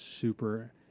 super